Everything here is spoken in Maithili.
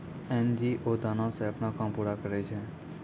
एन.जी.ओ दानो से अपनो काम पूरा करै छै